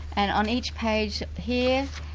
and on each page, here,